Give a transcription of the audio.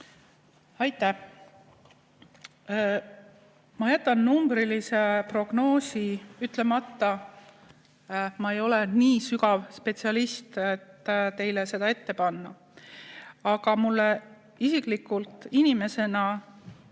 Aitäh! Ma jätan numbrilise prognoosi ütlemata. Ma ei ole nii suur spetsialist, et teile seda ette panna. Aga mulle isiklikult inimesena